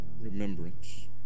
remembrance